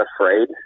afraid